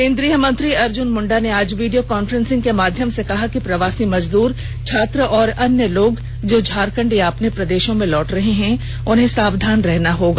केंद्रीय मंत्री अर्जुन मुंडा ने आज वीडियो कॉन्फ्रेंसिंग के माध्यम से कहा कि प्रवासी मजदूर छात्र और अन्य लोग जो झारखंड या अपने प्रदेशो में लौट रहे हैं उन्हें सावधान रहना होगा